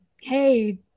hey